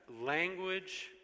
language